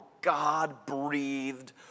God-breathed